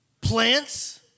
plants